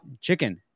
Chicken